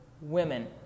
women